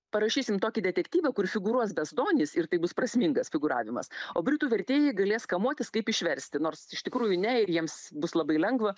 parašysim tokį detektyvą kur figūruos bezdonys ir tai bus prasmingas figūravimas o britų vertėjai galės kamuotis kaip išversti nors iš tikrųjų ne ir jiems bus labai lengva